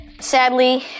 sadly